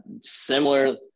similar –